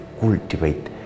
cultivate